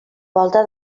volta